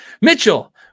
Mitchell